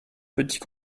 petits